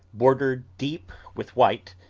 bordered deep with white,